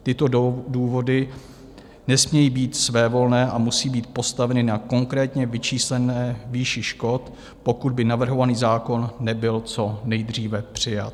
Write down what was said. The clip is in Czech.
Tyto důvody nesmějí být svévolné a musí být postaveny na konkrétně vyčíslené výši škod, pokud by navrhovaný zákon nebyl co nejdříve přijat.